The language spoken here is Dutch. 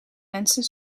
mensen